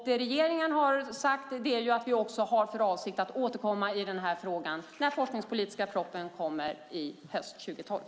Det regeringen har sagt är att vi har för avsikt att återkomma i frågan när den forskningspolitiska propositionen kommer hösten 2012.